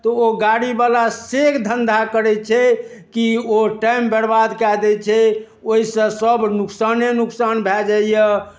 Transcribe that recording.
तऽ ओ गाड़ीवला से धन्धा करै छै कि ओ टाइम बरबाद कए दै छै ओहिसँ सभ नोकसाने नोकसान भए जाइए